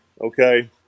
Okay